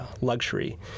luxury